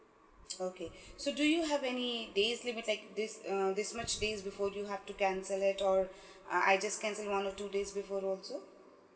okay so do you have any days limit like this uh this much days before you have to cancel it or uh I just cancel it one or two days before also